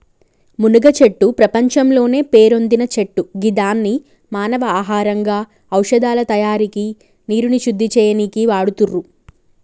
మునగచెట్టు ప్రపంచంలోనే పేరొందిన చెట్టు గిదాన్ని మానవ ఆహారంగా ఔషదాల తయారికి నీరుని శుద్ది చేయనీకి వాడుతుర్రు